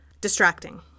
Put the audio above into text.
distracting